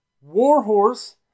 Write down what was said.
Warhorse